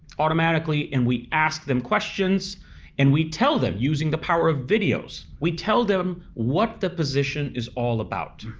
automatically and we ask them questions and we tell them using the power of videos, we tell them what the position is all about.